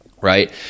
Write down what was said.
right